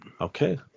Okay